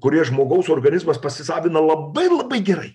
kurie žmogaus organizmas pasisavina labai labai gerai